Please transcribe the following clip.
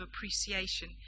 appreciation